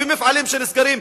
ומפעלים שנסגרים,